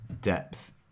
depth